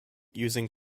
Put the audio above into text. using